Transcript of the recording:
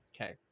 Okay